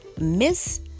Miss